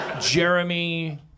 Jeremy